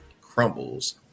crumbles